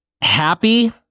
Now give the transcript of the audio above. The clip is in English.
happy